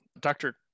Dr